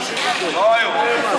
לא היום.